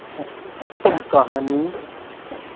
है कहानी